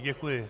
Děkuji.